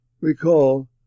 Recall